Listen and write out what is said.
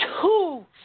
Two